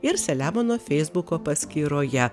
ir selemono feisbuko paskyroje